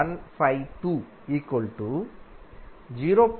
152 0